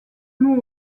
nous